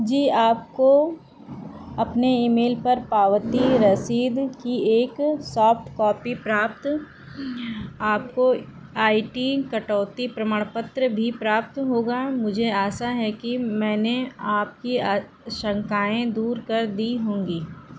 जी आपको अपने ईमेल पर पावती रसीद की एक सॉफ्ट कॉपी प्राप्त आपको आई टी कटौती प्रमाणपत्र भी प्राप्त होगा मुझे आसा है कि मैंने आपकी आशंकाएं दूर कर दी होंगी